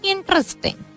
Interesting